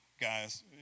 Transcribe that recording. guys